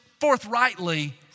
forthrightly